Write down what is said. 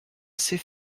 assez